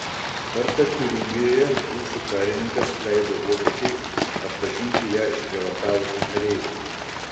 kartą tiuringijoje rusų karininkas leido vokietei atpažinti ją išprievartavusį kareivį